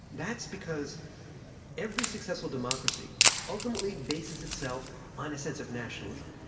that's because every successful democracy ultimately bases itself on a sense of nationalism,